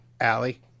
Allie